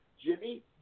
Jimmy